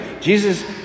Jesus